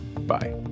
Bye